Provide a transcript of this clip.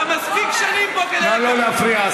אתה מספיק שנים פה כדי, אדוני היושב-ראש,